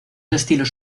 estilos